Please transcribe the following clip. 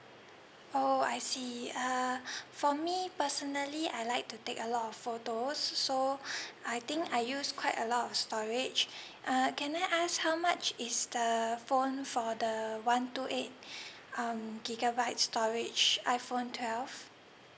oo I see uh for me personally I like to take a lot of photos so I think I use quite a lot of storage err can I ask how much is the phone for the one two eight um gigabyte storage iphone twelve